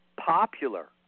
popular